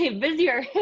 busier